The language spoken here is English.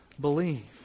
believe